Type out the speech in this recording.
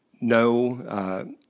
no